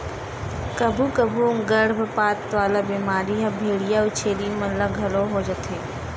कभू कभू गरभपात वाला बेमारी ह भेंड़िया अउ छेरी मन ल घलो हो जाथे